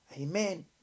Amen